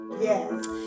Yes